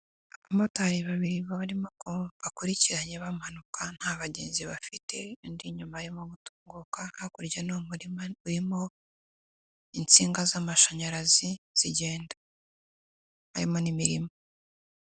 Abamotari babiri barimo ko bakurikiranye bamanuka nta bagenzi bafite, undi inyuma y' urimo utunguka hakurya n'u muririma urimo insinga z'amashanyarazi zigenda. Harimo n'irima.